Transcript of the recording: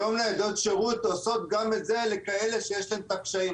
היום ניידות שירות עושות גם את זה לכאלה שקשה להם.